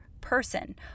Person